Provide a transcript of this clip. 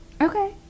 Okay